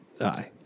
Aye